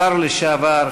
השר לשעבר,